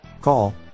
call